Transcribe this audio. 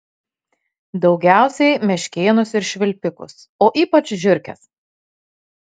daugiausiai meškėnus ir švilpikus o ypač žiurkes